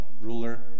ruler